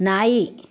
ನಾಯಿ